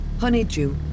Honeydew